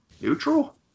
neutral